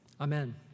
amen